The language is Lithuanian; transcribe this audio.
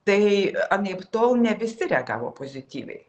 tai anaiptol ne visi reagavo pozityviai